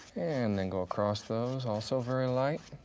and then go across those also very light.